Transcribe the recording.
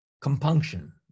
Compunction